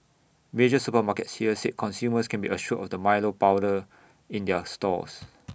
major supermarkets here said consumers can be assured of the milo powder in their stores